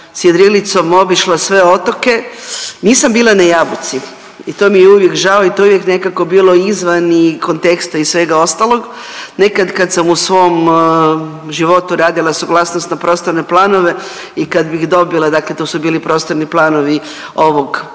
jedrilicom obišla sve otoke. Nisam bila na Jabuci i to mi je uvijek žao i to je uvijek nekako bilo izvan i konteksta i svega ostalog. Nekad kad sam u svom životu radila suglasnost na prostorne planove i kad bih dobila, dakle to su bili prostorni planovi ovog